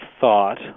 thought